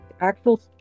Actual